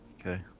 Okay